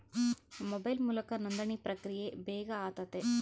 mobile ಮೂಲಕ ನೋಂದಣಿ ಪ್ರಕ್ರಿಯೆ ಬೇಗ ಆತತೆ